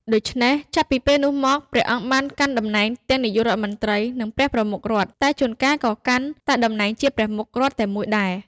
ដូច្នេះ ចាប់ពីពេលនោះមក ព្រះអង្គបានកាន់តំណែងទាំងនាយករដ្ឋមន្ត្រី និងព្រះប្រមុខរដ្ឋ តែជួនកាលក៏កាន់តែតំណែងជាប្រមុខរដ្ឋតែមួយដែរ។